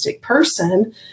person